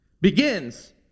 begins